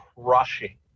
crushing